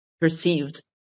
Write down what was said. perceived